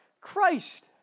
Christ